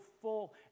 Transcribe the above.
full